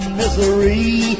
misery